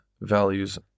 values